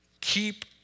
keep